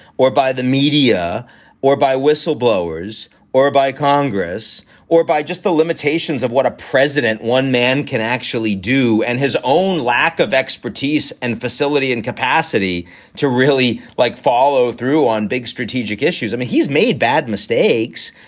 or by the media or by whistleblowers or by congress or by just the. um ah stations of what a president one man can actually do and his own lack of expertise and facility and capacity to really like follow through on big strategic issues, i mean, he's made bad mistakes.